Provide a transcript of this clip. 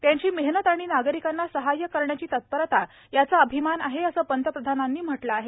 त्यांची मेहनत आणि नागरिकांना सहाय्य करण्याची तत्परता याचा अभिमान आहे असे पंतप्रधानांनी म्हटले आहे